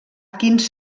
quins